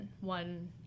one